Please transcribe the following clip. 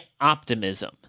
optimism